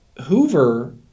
Hoover